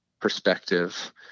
perspective